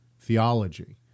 theology